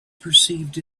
perceived